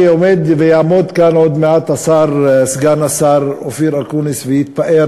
שיעמוד כאן עוד מעט סגן השר אופיר אקוניס ויתפאר